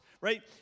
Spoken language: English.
Right